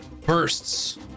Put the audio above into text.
bursts